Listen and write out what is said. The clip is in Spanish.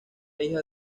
hija